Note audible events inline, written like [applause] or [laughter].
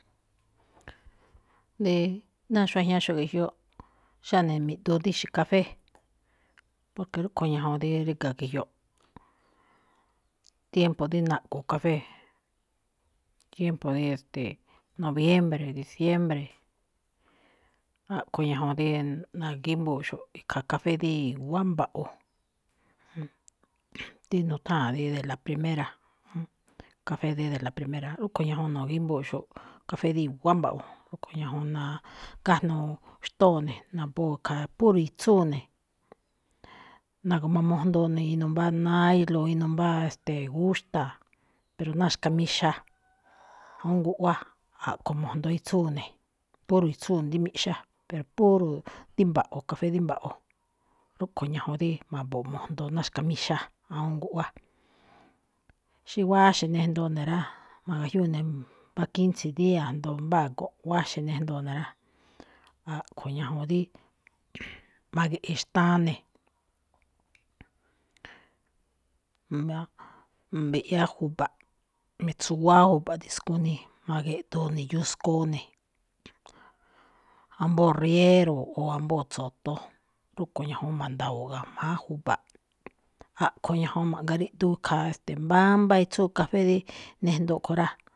Rí ná xuajñaxo̱ꞌ ge̱ꞌjyoꞌ, xáꞌnii mi̱ꞌdu dí xi̱kafé, porque rúꞌkho̱ ñajuun rí ríga̱ ge̱ꞌjyoꞌ. Tiempo dí na̱ꞌgo̱o̱ café, tiempo dí, e̱ste̱e̱, noviembre, diciembre, a̱ꞌkho̱ ñajuun dí na̱gíꞌmbúuxo̱ꞌ ikhaa kafé dí i̱wa̱á mba̱ꞌwo̱, rí nutháa̱n de la primera, café de la primera. Rúꞌkho̱ ñajuun no̱gímbúuxo̱ꞌ kafé dí i̱wa̱á mba̱ꞌwo̱, rúꞌkho̱ ñajuun nagájnuu xtóo ne̱, nabóo khaa puro itsúu ne̱, na̱gu̱mamojndoo ne̱ inuu mbá nailo, inuu mbá, ste̱e̱, gúxta̱a̱, pero ná xka̱mixa, [noise] awúun guꞌwá, a̱ꞌkho̱ mo̱jndoo itsúu ne̱, puro itsúu ne̱ dí miꞌxá, pero puro rí mba̱ꞌwo̱ café, café dí mba̱ꞌwo̱, rúꞌkho̱ ñajuun dí ma̱bo̱o̱ꞌ mo̱jndoo ná xka̱mixa, awúun guꞌwá. Xí wáxe̱ nejndoo ne̱ rá, ma̱gajyúu ne̱ mbá quince día, jndo mbáa gonꞌ, wáxe̱ nejndoo ne̱ rá. A̱ꞌkho̱ ñajuun dí, ma̱ge̱ꞌe̱ xtaa ne̱, mbá mbi̱ꞌyá ju̱ba̱ꞌ, mi̱tsuwáá ju̱ba̱ꞌ dí skuni, ma̱ge̱ꞌdoo ne̱ yuskoo ne̱. Ambóo rriero o ambóo tso̱toon, rúꞌkho̱ ñajuun ma̱nda̱wo̱o̱ꞌ ga̱jma̱á ju̱ba̱ꞌ. Aꞌkho̱ ñajuun ma̱ꞌgariꞌdu khaa, ste̱e̱, mbámbá itsúu kafé dí nejndoo kho̱ rá.